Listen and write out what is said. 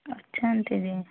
ਅੱਛਾ ਆਂਟੀ ਜੀ